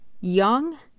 young